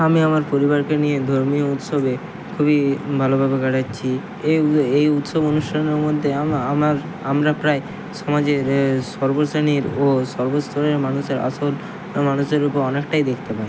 আমি আমার পরিবারকে নিয়ে ধর্মীয় উৎসবে খুবই ভালোভাবে কাটাচ্ছি এই এই উৎসব অনুষ্ঠানের মধ্যে আমার আমরা প্রায় সমাজের সর্ব শ্রেণির ও সর্ব স্তরের মানুষের আসল মানুষের উপর অনেকটাই দেখতে পাই